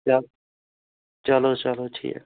چلو چلو سر ٹھیٖک